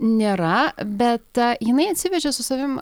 nėra bet tą jinai atsivežė su savim